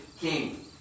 King